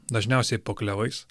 dažniausiai po klevais